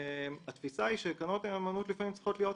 התפיסה היא שקרנות הנאמנות צריכות להיות מסוכנות,